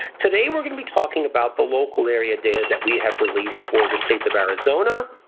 today we're going to be talking about the local area data that we have released for the states of arizona,